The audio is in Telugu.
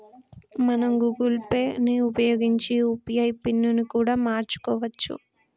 మనం గూగుల్ పే ని ఉపయోగించి యూ.పీ.ఐ పిన్ ని కూడా మార్చుకోవచ్చు